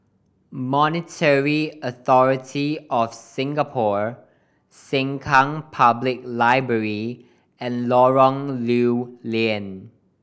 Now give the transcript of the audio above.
Monetary Authority Of Singapore Sengkang Public Library and Lorong Lew Lian